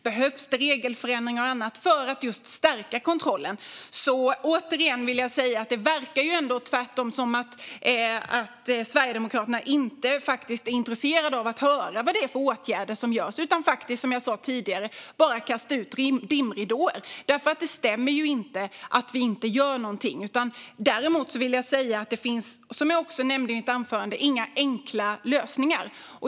Behövs det regelförändringar och annat för att just stärka kontrollen? Återigen vill jag säga att det verkar som att Sverigedemokraterna faktiskt inte är intresserade av att höra vad det är för åtgärder som görs. Som jag sa tidigare kastar man ut dimridåer. Det stämmer inte att vi inte gör någonting. Däremot vill jag säga, som jag också nämnde i mitt anförande, att det inte finns några enkla lösningar.